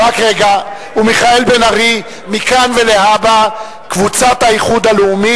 איתן כבל וגאלב מג'אדלה לשם החוק לא נתקבלה.